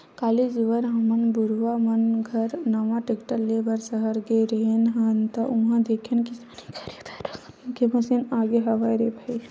काली जुवर हमन बुधारु मन घर बर नवा टेक्टर ले बर सहर गे रेहे हन ता उहां देखेन किसानी करे बर रंग रंग के मसीन आगे हवय रे भई